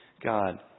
God